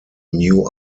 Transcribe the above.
new